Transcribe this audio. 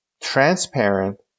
transparent